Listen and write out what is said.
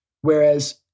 Whereas